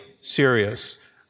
serious